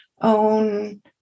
own